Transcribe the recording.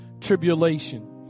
tribulation